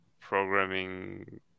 programming